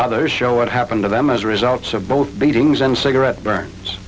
others show what happened to them as a result of both beatings and cigarette burns